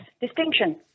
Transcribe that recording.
distinction